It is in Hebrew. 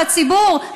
לציבור,